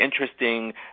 interesting